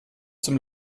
zum